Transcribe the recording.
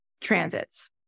transits